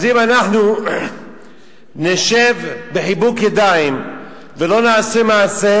אם אנחנו נשב בחיבוק ידיים ולא נעשה מעשה,